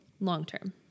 long-term